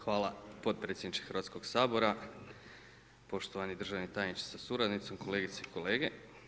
Hvala potpredsjedniče Hrvatskoga sabora, poštovani državni tajniče sa suradnicom, kolegice i kolege.